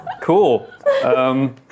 Cool